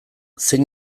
zein